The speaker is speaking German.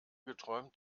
geträumt